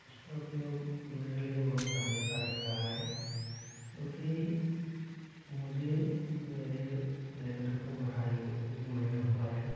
उसका उपयोग मेरे लिए बहुत हानिकारक रहा है क्योंकि मुझे मेरे सिलेंडर को भराए हो एक महीना हुआ है